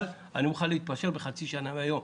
אבל אני מוכן להתפשר על חצי שנה מהיום.